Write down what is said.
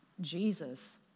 Jesus